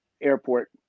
airport